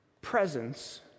presence